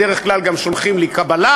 בדרך כלל גם שולחים לי קבלה,